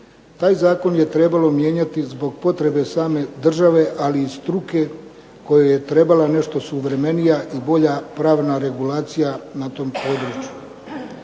Taj zakon je trebalo mijenjati zbog potrebe same države, ali i struke kojoj je trebala nešto suvremenija i bolja pravna regulacija na tom području.